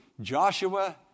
Joshua